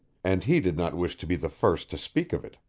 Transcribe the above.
and he did not wish to be the first to speak of it.